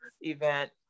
event